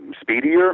speedier